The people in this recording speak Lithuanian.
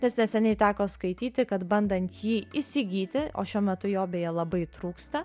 nes neseniai teko skaityti kad bandant jį įsigyti o šiuo metu jo beje labai trūksta